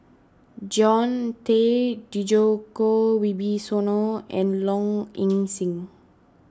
John Tay Djoko Wibisono and Low Ing Sing